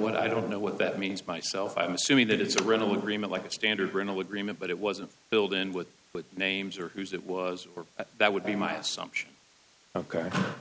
what i don't know what that means myself i'm assuming that it's a rental agreement like a standard or in the agreement but it wasn't filled in with names or that was that would be my assumption